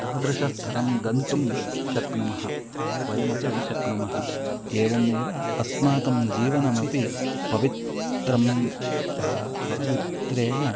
तादृशस्तरं गन्तुं शक्नुमः वयमपि शक्नुमः एवमेव अस्माकं जीवनमपि पवित्रं पवित्रेण